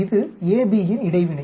இது AB இன் இடைவினை